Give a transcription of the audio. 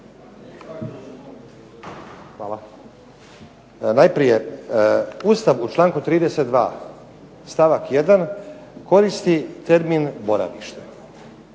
lošija. Najprije Ustav u članku 32. stavak 1. koristi termin boravište.